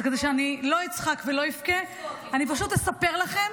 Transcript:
אז כדי שאני לא אצחק ולא אבכה, אני פשוט אספר לכם